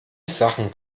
sachen